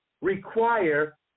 require